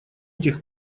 этих